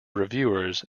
reviewers